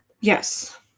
Yes